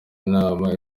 inama